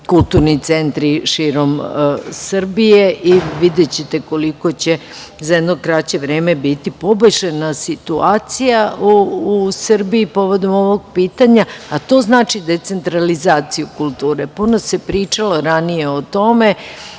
kulturni centri širom Srbije i videćete koliko će za jedno kraće vreme biti poboljšana situacija u Srbiji povodom ovog pitanja, a to znači decentralizaciju kulture. Puno se pričalo ranije o tome.